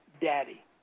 daddy